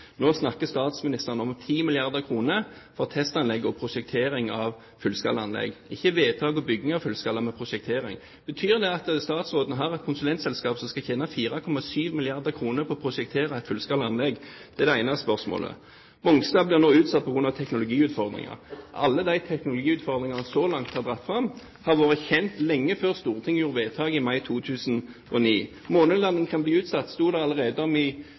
Nå snakker statsministeren om 10 milliarder kr for testanlegg og prosjektering av fullskalaanlegg, ikke vedtak og bygging av fullskalaanlegg, men prosjektering. Betyr det at statsråden har et konsulentselskap som tjener 4,7 milliarder kr på å prosjektere et fullskala anlegg? Det er det ene spørsmålet. Mongstad blir nå utsatt på grunn av teknologiutfordringer. Alle teknologiutfordringene som så langt har vært dratt fram, var kjent lenge før Stortinget gjorde vedtak i mai 2009. At månelandingen kunne bli utsatt, sto det om allerede